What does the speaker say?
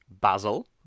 Basil